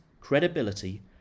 credibility